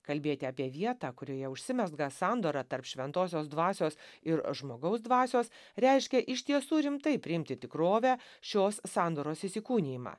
kalbėti apie vietą kurioje užsimezga sandora tarp šventosios dvasios ir žmogaus dvasios reiškia iš tiesų rimtai priimti tikrovę šios sandoros įsikūnijimą